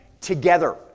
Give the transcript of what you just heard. together